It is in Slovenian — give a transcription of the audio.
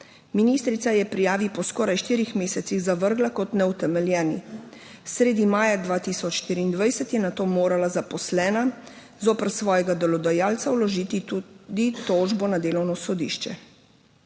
Ministrica je prijavi po skoraj štirih mesecih zavrgla kot neutemeljeni. Sredi maja 2024 je nato morala zaposlena zoper svojega delodajalca vložiti tožbo na delovno sodišče.